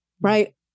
right